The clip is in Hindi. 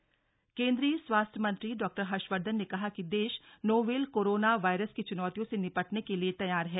कोरोना वायरस केन्द्रीय स्वास्थ्य मंत्री डॉ हर्षवर्धन ने कहा कि देश नोवेल कोरोना वायरस की चुनौतियों से निपटने के लिए तैयार है